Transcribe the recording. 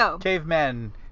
Cavemen